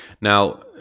Now